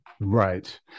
Right